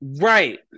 Right